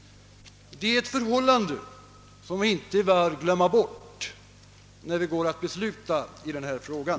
Detta är ett förhållande som vi inte bör glömma bort, när vi går att besluta i den här frågan.